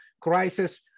crisis